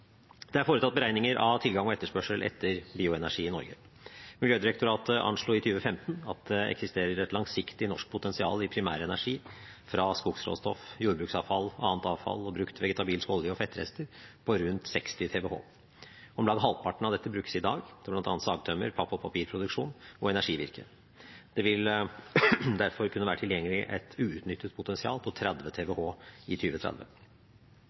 Det er foretatt beregninger av tilgang og etterspørsel etter bioenergi i Norge. Miljødirektoratet anslo i 2015 at det eksisterer et langsiktig norsk potensial i primærenergi fra skogsråstoff, jordbruksavfall, annet avfall og brukt vegetabilsk olje og fettrester på rundt 60 TWh. Om lag halvparten av dette brukes i dag til bl.a. sagtømmer, papp- og papirproduksjon og energivirke. Det vil derfor kunne være tilgjengelig et uutnyttet potensial på 30 TWh i